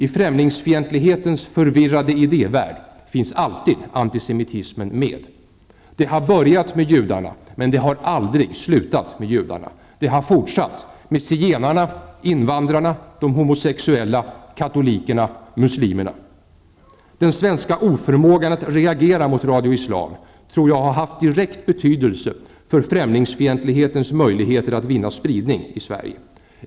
I främlingsfientlighetens förvirrade idévärld finns antisemitismen alltid med. Det har börjat med judarna, men det har aldrig slutat med judarna. Det har fortsatt med zigenarna, invandrarna, de homosexuella, katolikerna och muslimerna. Den svenska oförmågan att reagera mot Radio Islam tror jag har haft direkt betydelse för främlingsfientlighetens möjligheter att vinna spridning i Sverige.